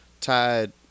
tied